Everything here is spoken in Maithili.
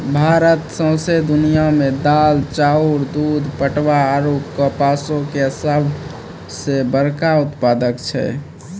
भारत सौंसे दुनिया मे दाल, चाउर, दूध, पटवा आरु कपासो के सभ से बड़का उत्पादक छै